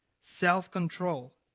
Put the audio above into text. self-control